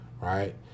right